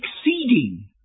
exceeding